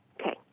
Okay